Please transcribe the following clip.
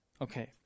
Okay